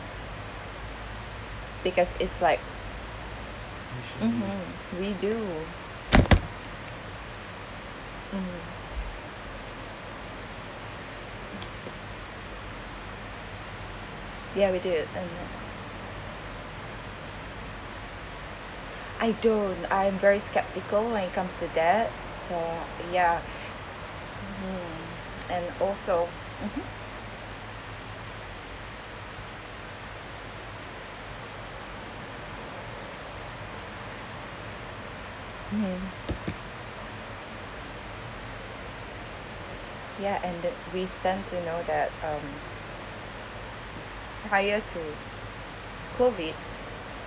because it's like mmhmm we do mm ya we did I don't I am very skeptical when it comes to that so ya mmhmm and also mmhmm hmm ya and the we've tend to know that um prior to COVID